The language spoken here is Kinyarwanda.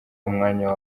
umwanya